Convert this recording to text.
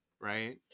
right